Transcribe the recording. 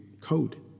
code